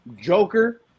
Joker